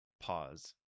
pause